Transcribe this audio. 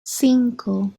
cinco